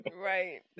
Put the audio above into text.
Right